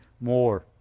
more